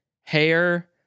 hair